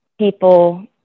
people